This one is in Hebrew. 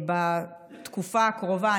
בתקופה הקרובה,